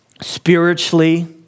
spiritually